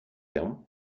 him